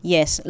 Yes